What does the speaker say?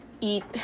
eat